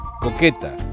Coqueta